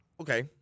Okay